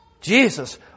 Jesus